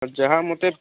ଯାହା ମୋତେ